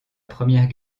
première